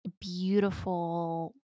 beautiful